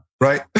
right